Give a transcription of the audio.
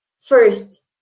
first